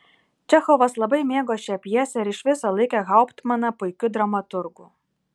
čechovas labai mėgo šią pjesę ir iš viso laikė hauptmaną puikiu dramaturgu